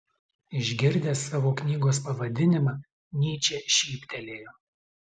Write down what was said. išgirdęs savo knygos pavadinimą nyčė šyptelėjo